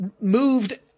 moved